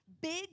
Big